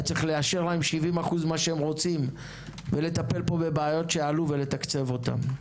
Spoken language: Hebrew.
היה צריך לאשר להם 70% ממה שהם רוצים ולטפל פה בבעיות שעלו ולתקצב אותן.